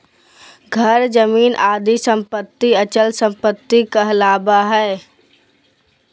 घर, जमीन आदि सम्पत्ति अचल सम्पत्ति कहलावा हइ